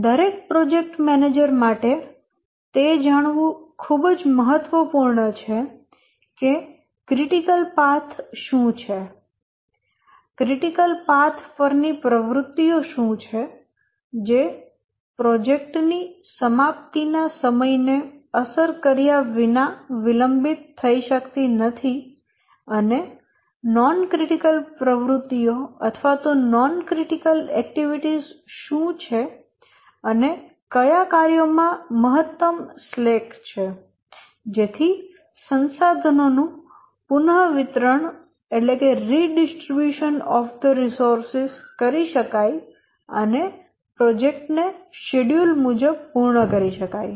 તેથી દરેક project manager માટે તે જાણવું ખૂબ જ મહત્વપૂર્ણ છે કે ક્રિટિકલ પાથ શું છે ક્રિટિકલ પાથ પરની પ્રવૃત્તિઓ શું છે જે પ્રોજેક્ટ ની સમાપ્તિ ના સમયને અસર કર્યા વિના વિલંબિત થઈ શકતી નથી અને નોન ક્રિટિકલ પ્રવૃત્તિઓ શું છે અને કયા કાર્યો માં મહત્તમ સ્લેક છે જેથી સંસાધનો નું પુન વિતરણ કરી શકાય અને પ્રોજેક્ટ ને શેડ્યુલ મુજબ પૂર્ણ કરી શકાય